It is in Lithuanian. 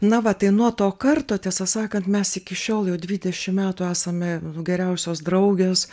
na va tai nuo to karto tiesą sakant mes iki šiol jau dvidešim metų esame geriausios draugės